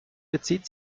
bezieht